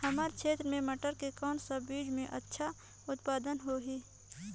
हमर क्षेत्र मे मटर के कौन सा बीजा मे अच्छा उत्पादन होही?